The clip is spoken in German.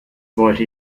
wollte